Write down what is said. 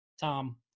Tom